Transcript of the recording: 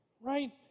right